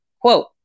quote